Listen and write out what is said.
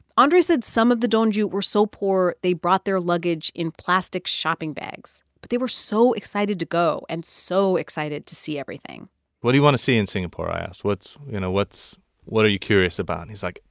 andray said some of the donju were so poor they brought their luggage in plastic shopping bags. but they were so excited to go and so excited to see everything what do you want to see in singapore? i asked. what's you know, what are you curious about? he's like,